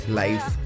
life